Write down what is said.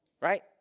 Right